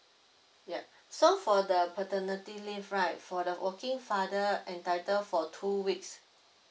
ya so for the paternity leave right for the working father entitle for two weeks